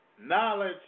Knowledge